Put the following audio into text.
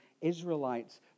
Israelites